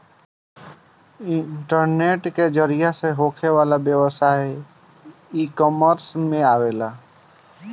internet के जरिया से होखे वाला व्यवसाय इकॉमर्स में आवेला